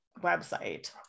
website